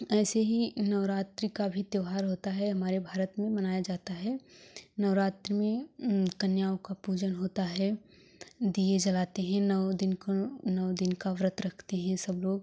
ऐसे ही नवरात्री का भी त्योहार होता है हमारे भारत में मनाया जाता है नवरात्री में कन्याओं का पूजन होता है दिए जलाते हैं नौ दिन को नौ दिन का व्रत रखते हैं सब लोग